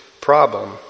problem